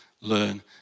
learn